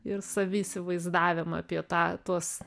ir saviįsivaizdavimą apie tą tuos